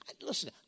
listen